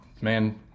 man